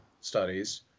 studies